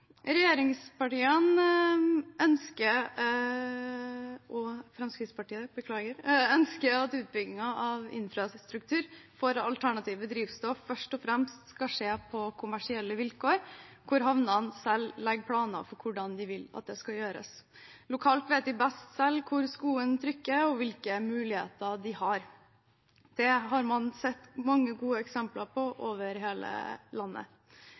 Regjeringspartiene og Fremskrittspartiet ønsker at utbyggingen av infrastruktur for alternative drivstoff først og fremst skal skje på kommersielle vilkår, hvor havnene selv legger planer for hvordan de vil det skal gjøres. Lokalt vet de best selv hvor skoen trykker og hvilke muligheter de har. Det har man sett mange gode eksempler på over hele landet.